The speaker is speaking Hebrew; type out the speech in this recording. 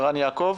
ערן יעקב?